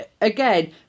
Again